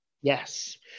Yes